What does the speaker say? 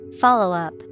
Follow-up